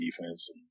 defense